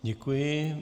Děkuji.